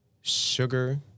sugar